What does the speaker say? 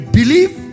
believe